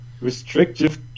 restrictive